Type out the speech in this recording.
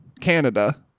Canada